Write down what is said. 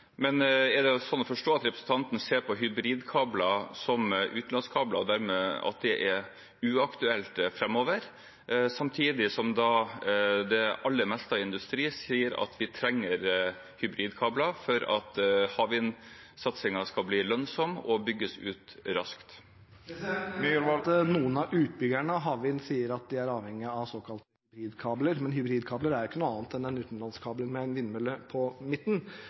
uaktuelt framover – samtidig som det aller meste av industri sier at vi trenger hybridkabler for at havvindsatsingen skal bli lønnsom og bygges ut raskt? Jeg hører at noen av utbyggerne av havvind sier de er avhengige av såkalte hybridkabler – men en hybridkabel er jo ikke noe annet enn en utenlandskabel med en vindmølle på midten